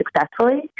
successfully